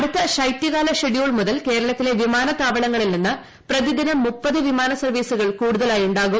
അടുത്ത ശൈത്യകാല ഷെഡ്യൂൾ മുതൽ കേരളത്തിലെ വിമാനത്താ വളങ്ങളിൽ നിന്ന് പ്രതിദിനും മുപ്പത് വിമാന സർവ്വീസുകൾ കൂടുത ലായി ഉണ്ടാകും